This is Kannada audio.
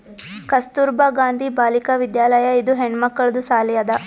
ಕಸ್ತೂರ್ಬಾ ಗಾಂಧಿ ಬಾಲಿಕಾ ವಿದ್ಯಾಲಯ ಇದು ಹೆಣ್ಮಕ್ಕಳದು ಸಾಲಿ ಅದಾ